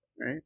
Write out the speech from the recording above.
right